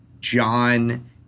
John